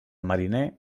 mariner